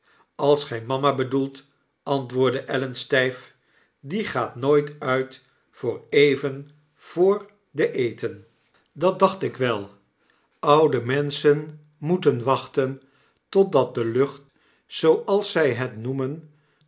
als go mama bedoelt antwoordde ellen stgf die gaat nooit uit voor even vor den eten dat dacht ik wel oude menschen moeten wachten totdat de lucht zooals zij het noemen